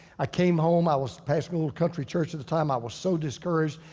i came home, i was passing a little country church at the time, i was so discouraged.